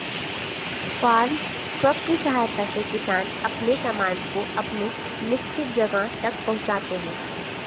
farm truck की सहायता से किसान अपने सामान को अपने निश्चित जगह तक पहुंचाते हैं